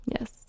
Yes